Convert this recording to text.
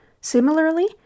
Similarly